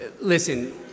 Listen